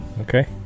Okay